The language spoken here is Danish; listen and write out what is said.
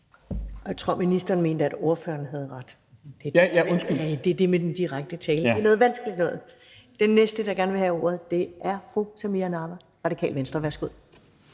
(Beskæftigelsesministeren (Peter Hummelgaard): Ja, undskyld). Det er det med den direkte tiltale – det er noget vanskeligt noget. Den næste, der gerne vil have ordet, er fru Samira Nawa, Radikale Venstre. Værsgo.